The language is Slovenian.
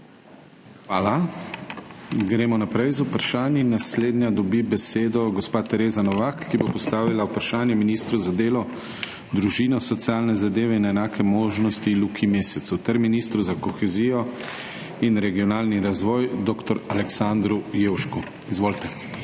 Hvala. Gremo naprej z vprašanji. Naslednja dobi besedo gospa Tereza Novak, ki bo postavila vprašanje ministru za delo, družino, socialne zadeve in enake možnosti Luki Mescu ter ministru za kohezijo in regionalni razvoj dr. Aleksandru Jevšku. Izvolite.